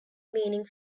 meaning